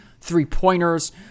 three-pointers